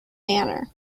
banner